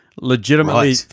legitimately